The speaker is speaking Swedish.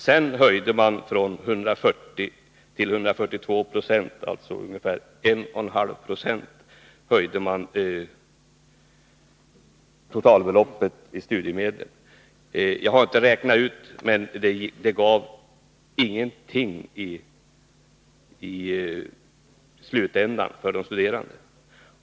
Sedan höjde man studiemedlens totalbelopp från 140 9o till 142 26, alltså ungefär 1,5 20. Jag har inte räknat ut det exakt, men förändringen gav ingenting i slutänden till de studerande.